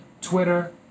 Twitter